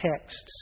texts